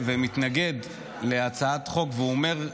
הצעת חוק החיילים המשוחררים (החזרה לעבודה)